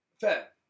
Fair